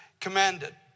commanded